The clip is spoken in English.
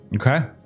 Okay